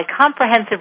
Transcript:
Comprehensive